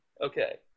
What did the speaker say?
Okay